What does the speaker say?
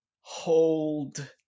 hold